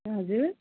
हजुर